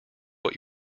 what